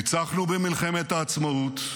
ניצחנו במלחמת העצמאות,